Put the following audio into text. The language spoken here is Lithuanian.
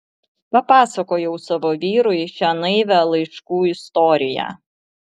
papasakojau savo vyrui šią naivią laiškų istoriją